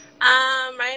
right